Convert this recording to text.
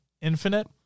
Infinite